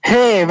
Hey